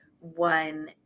one